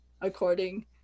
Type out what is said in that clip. according